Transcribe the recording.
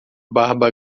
barba